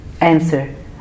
answer